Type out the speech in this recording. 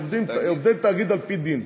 הם עובדי תאגיד על פי דין.